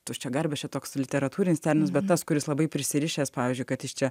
tuščiagarbis čia toks literatūrinis terminas bet tas kuris labai prisirišęs pavyzdžiui kad jis čia